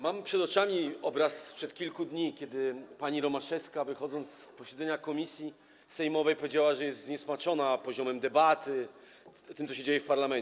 Mam przed oczami obraz sprzed kilku dni, kiedy pani Romaszewska, wychodząc z posiedzenia komisji sejmowej, powiedziała, że jest zniesmaczona poziomem debaty, tym, co się dzieje w parlamencie.